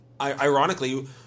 ironically